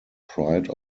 pride